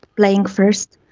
playing first,